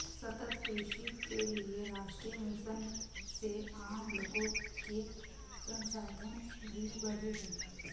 सतत कृषि के लिए राष्ट्रीय मिशन से आम लोगो के संसाधन भी बढ़े है